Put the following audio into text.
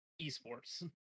esports